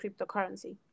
cryptocurrency